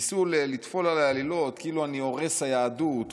ניסו לטפול עליי עלילות שאני הורס היהדות,